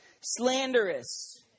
Slanderous